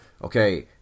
Okay